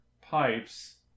pipes